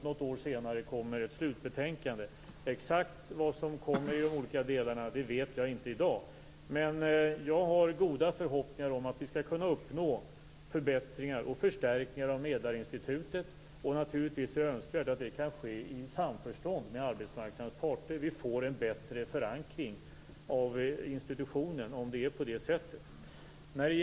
Något år senare kommer ett slutbetänkande. Exakt vad som kommer i de olika delarna vet jag inte i dag, men jag har goda förhoppningar om att vi skall kunna uppnå förbättringar och förstärkningar av medlingsinstitutet. Naturligtvis är det önskvärt att det kan ske i samförstånd med arbetsmarknadens parter. Vi får en bättre förankring av institutionen om det är på det sättet.